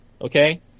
okay